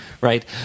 right